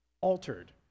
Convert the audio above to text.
altered